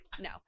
no